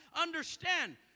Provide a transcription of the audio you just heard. understand